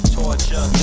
torture